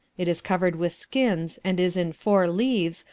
it is covered with skins and is in four leaves,